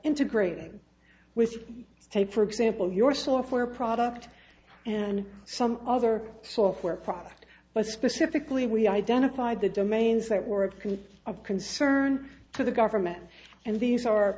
integrating with state for example your software product and some other software product but specifically we identified the domains that were a can of concern to the government and these are